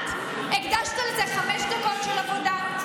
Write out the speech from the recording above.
הקדשת לזה חמש דקות של עבודה?